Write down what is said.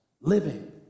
Living